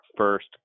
first